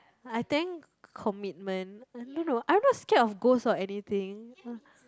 I think commitment I don't know I'm not scared of ghost or anything